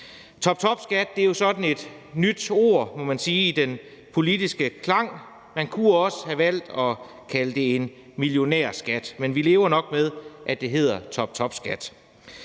nyt ord, må man sige, i den politiske sprogbrug, og man kunne også have valgt at kalde det en millionærskat, men vi lever nok med, at det hedder en toptopskat.